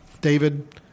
David